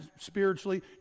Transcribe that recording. spiritually